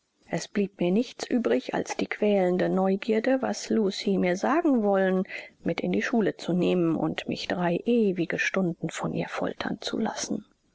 es blieb mir nichts übrig als die quälende neugierde was lucie mir sagen wollen mit in die schule zu nehmen und mich drei ewige stunden von ihr foltern zu lassen